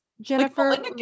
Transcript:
Jennifer